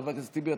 טיבי.